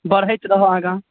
बढ़ैत रहऽ आगा